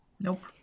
Nope